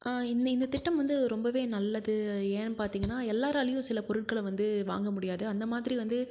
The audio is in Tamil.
இந்த இந்த திட்டம் வந்து ரொம்பவே நல்லது ஏன் பார்த்தீங்கன்னா எல்லாராலையும் சில பொருட்களை வந்து வாங்க முடியாது அந்த மாதிரி வந்து